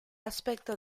aspecto